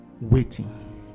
waiting